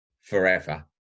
forever